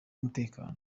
umutekano